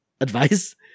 advice